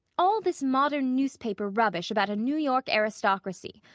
all this modern newspaper rubbish about a new york aristocracy.